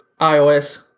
iOS